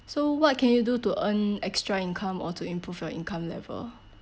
so what can you do to earn extra income or to improve your income level